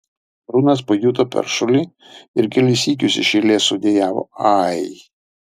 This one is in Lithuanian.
brunas pajuto peršulį ir kelis sykius iš eilės sudejavo ai